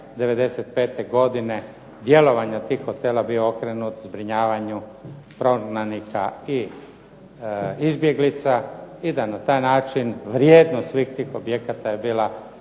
'95. godine djelovanje tih hotela bio okrenut zbrinjavanju prognanika i izbjeglica i da na taj način vrijednost svih tih objekata je bila